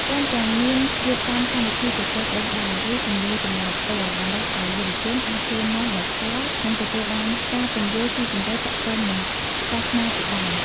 ព្រមទាំង មានរៀបចំកម្មវិធីជជែកដេញដោល ឬសំណួរចម្លើយផ្ទាល់ ដើម្បីឱ្យយុវជនអាចសួរនាំដោយផ្ទាល់ និងទទួលបានការពន្យល់ស៊ីជម្រៅទាក់ទងនិងសាសនាជាដើម។